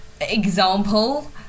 example